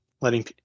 letting